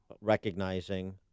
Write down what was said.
recognizing